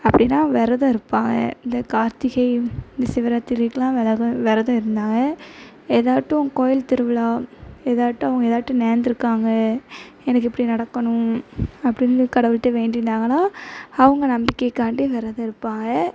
அப்படின்னா விரதம் இருப்பாங்க இந்த கார்த்திகை இந்த சிவராத்திரிக்கெல்லாம் விரதம் விரதம் இருந்தாங்க ஏதாட்டும் கோயில் திருவிழா ஏதாட்டும் ஏதாட்டும் நேந்திருக்காங்க எனக்கு இப்படி நடக்கணும் அப்படின்னு போய் கடவுள்ட்ட வேண்டியிருந்தாங்கன்னா அவங்க நம்பிக்கைக்காண்டி விரதம் இருப்பாங்க